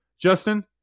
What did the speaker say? Justin